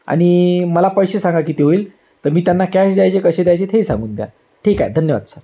आणि मला पैसे सांगा किती होईल तर मी त्यांना कॅश द्यायचे कसे द्यायचे तेही सांगून द्या ठीक आहे धन्यवाद सर